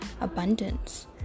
abundance